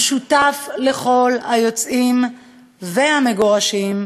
המשותף לכל היוצאים והמגורשים,